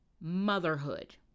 Motherhood